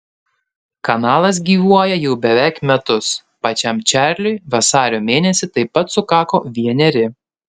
kanalas gyvuoja jau beveik metus pačiam čarliui vasario mėnesį taip pat sukako vieneri